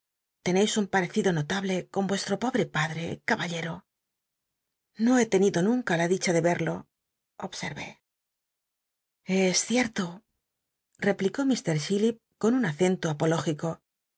teneis un parecido notable con uestro pobre padre caballero no he tenido nunca la dicha de verlo obscr'é l s cierto replicó ir chillip con un tccnto apológico